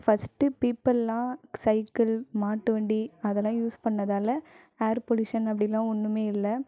first பீப்புல்லாம் cycle மாட்டுவண்டி அதெல்லாம் யூஸ் பண்ணதால் ஏர் பொல்யூஷன் அப்படிலா ஒன்றுமே இல்லை